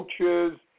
coaches